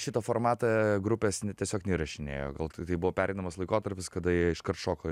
šitą formatą grupės tiesiog neįrašinėjo gal tiktai buvo pereinamas laikotarpis kada jie iškart šoko